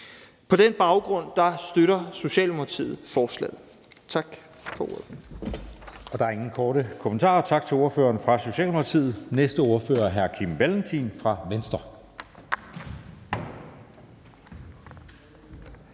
På den baggrund støtter Socialdemokratiet forslaget.